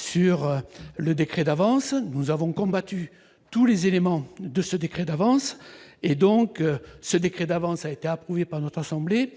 sur le décret d'avance : nous avons combattu tous les éléments de ce décret d'avance et donc ce décret d'avance a été approuvée par notre assemblée